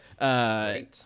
Right